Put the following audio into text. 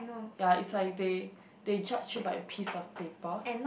ya is like they they judge you by a piece of paper